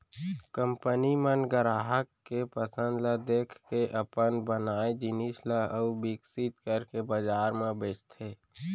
company मन गराहक के पसंद ल देखके अपन बनाए जिनिस ल अउ बिकसित करके बजार म बेचथे